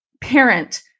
parent